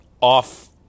off-